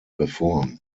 reform